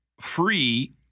free